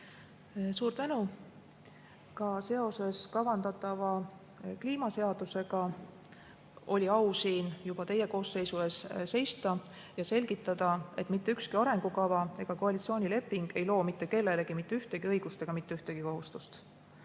Suur tänu! Ka seoses kavandatava kliimaseadusega oli au siin juba teie koosseisu ees seista ja selgitada, et mitte ükski arengukava ega koalitsioonileping ei loo mitte kellelegi mitte ühtegi õigust ega mitte ühtegi kohustust.